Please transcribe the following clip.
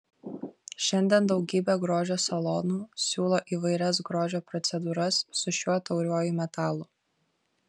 šiandien daugybė grožio salonų siūlo įvairias grožio procedūras su šiuo tauriuoju metalu